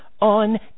on